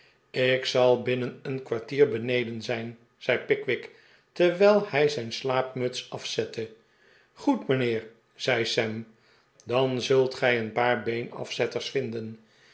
ik zal binnen een kwartier beneden zijn zei pickwick terwijl hij zijn slaapmuts afzette goed mijnheer zei sam dan zult gij een paar beenafzetters vinden